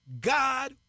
God